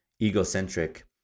egocentric